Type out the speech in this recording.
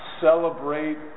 celebrate